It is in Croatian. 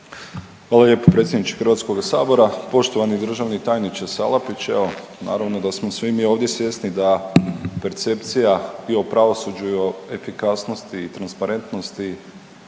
Hvala lijepo predsjedniče HS-a. Poštovani državni tajniče Salapić, evo naravno da smo svi mi ovdje svjesni da percepcija i o pravosuđu i o efikasnosti i transparentnosti